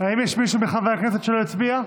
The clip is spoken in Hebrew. האם יש מישהו מחברי הכנסת שלא הצביע?